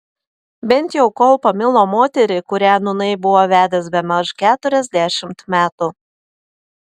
bent jau kol pamilo moterį kurią nūnai buvo vedęs bemaž keturiasdešimt metų